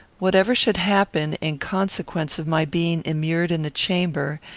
whatever should happen in consequence of my being immured in the chamber,